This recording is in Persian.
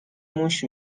موش